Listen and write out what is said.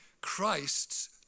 Christ's